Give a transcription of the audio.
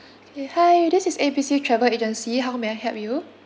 okay hi this is A B C travel agency how may I help you